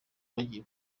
bagiye